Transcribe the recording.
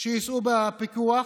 שייסעו בפיקוח.